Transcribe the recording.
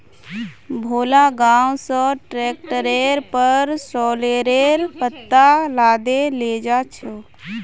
भोला गांव स ट्रैक्टरेर पर सॉरेलेर पत्ता लादे लेजा छ